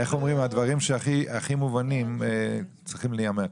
איך אומרים, הדברים שהכי מובנים צריכים להיאמר.